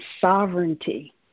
sovereignty